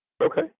Okay